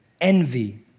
envy